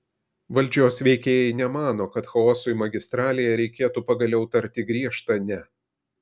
valdžios veikėjai nemano kad chaosui magistralėje reikėtų pagaliau tarti griežtą ne